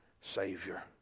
Savior